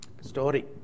Story